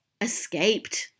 escaped